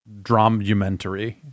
Dramumentary